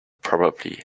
probably